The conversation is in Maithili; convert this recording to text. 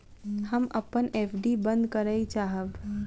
हम अपन एफ.डी बंद करय चाहब